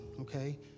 okay